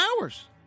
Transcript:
hours